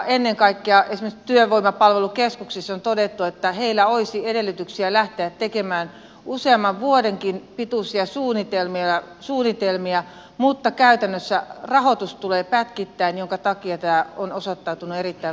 ennen kaikkea esimerkiksi työvoimapalvelukeskuksissa on todettu että heillä olisi edellytyksiä lähteä tekemään useamman vuodenkin pituisia suunnitelmia mutta käytännössä rahoitus tulee pätkittäin minkä takia tämä on osoittautunut erittäin vaikeaksi